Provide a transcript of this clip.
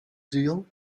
deal